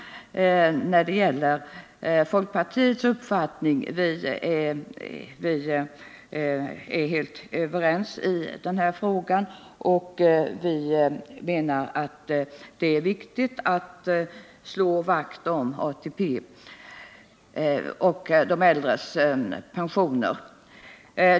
Inom folkpartiet är vi helt överens i denna fråga. Vi anser att det är viktigt att slå vakt om ATP och de äldres pensioner.